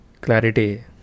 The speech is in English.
Clarity